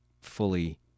fully